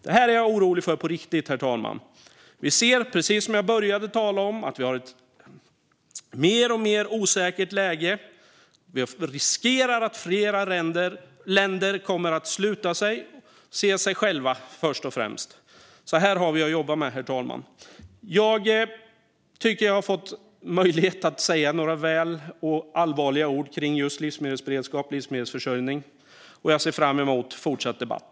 Det är jag orolig för på riktigt, herr talman. Vi ser, precis som jag började att tala om, att vi har ett alltmer osäkert läge. Vi riskerar att flera länder kommer att sluta sig och först och främst se till sig själva. Här har vi att jobba med, herr talman. Jag tycker att jag har fått möjlighet att säga några väl valda och allvarliga ord om livsmedelsberedskap och livsmedelsförsörjning, och jag ser fram emot fortsatt debatt.